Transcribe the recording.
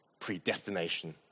Predestination